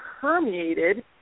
permeated